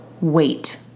wait